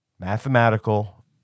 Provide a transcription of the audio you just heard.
Mathematical